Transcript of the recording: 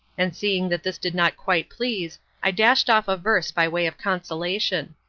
and seeing that this did not quite please i dashed off a verse by way of consolation.